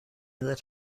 that